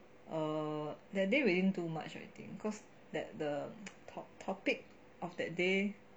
er that day we didn't do much or anything cause that the top- topic of that day